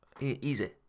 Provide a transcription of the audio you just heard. easy